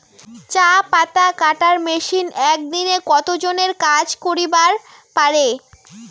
চা পাতা কাটার মেশিন এক দিনে কতজন এর কাজ করিবার পারে?